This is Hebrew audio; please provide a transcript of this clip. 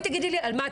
מסכימים.